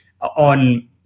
on